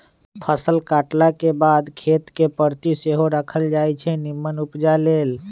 फसल काटलाके बाद खेत कें परति सेहो राखल जाई छै निम्मन उपजा लेल